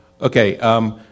Okay